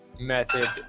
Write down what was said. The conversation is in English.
method